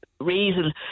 Reason